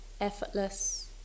effortless